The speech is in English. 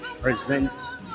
present